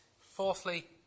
Fourthly